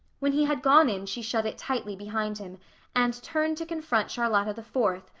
when he had gone in she shut it tightly behind him and turned to confront charlotta the fourth,